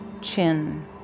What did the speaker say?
chin